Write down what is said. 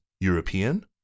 European